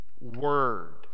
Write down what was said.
Word